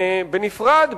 ובנפרד,